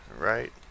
Right